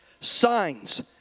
signs